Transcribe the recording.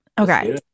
okay